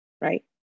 right